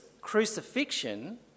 crucifixion